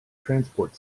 transport